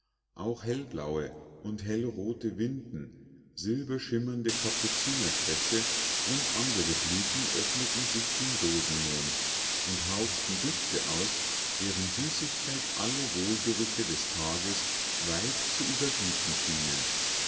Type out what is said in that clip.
auch hellblaue und hellrote winden silberschimmernde kapuzinerkresse und andere blüten öffneten sich dem rosenmond und hauchten düfte aus deren süßigkeit alle wohlgerüche des tages weit zu überbieten schienen